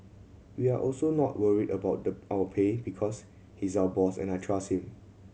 we are also not worried about the our pay because he's our boss and I trust him